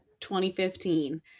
2015